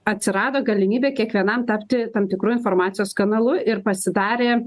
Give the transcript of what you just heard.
atsirado galimybė kiekvienam tapti tam tikru informacijos kanalu ir pasidarė